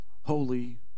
holy